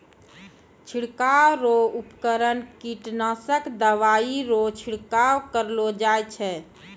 छिड़काव रो उपकरण कीटनासक दवाइ रो छिड़काव करलो जाय छै